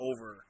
over